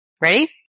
Ready